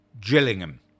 Gillingham